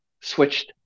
switched